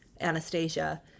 anastasia